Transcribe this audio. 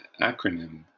acronym